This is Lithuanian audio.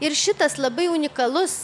ir šitas labai unikalus